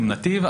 עם נתיב,